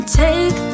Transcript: take